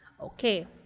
okay